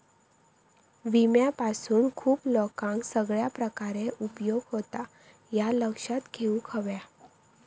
विम्यापासून खूप लोकांका सगळ्या प्रकारे उपयोग होता, ह्या लक्षात घेऊक हव्या